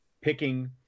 picking